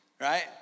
right